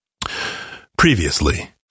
Previously